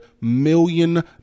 million